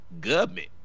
government